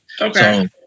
Okay